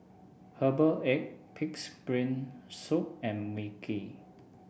Herbal Egg pig's brain soup and mi kee